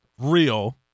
Real